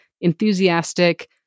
enthusiastic